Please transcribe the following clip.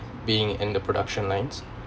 being in the production lines